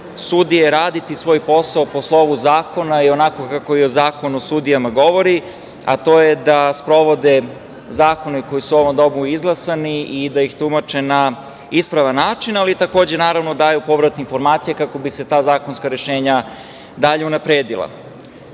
sudije raditi svoj posao po slovu zakona i onako kako Zakon o sudijama govori, a to je da sprovode zakone koji su u ovom domu izglasani i da ih tumače na ispravan način, ali takođe daju povratne informacije kako bi se ta zakonska rešenja dalje unapredila. Imali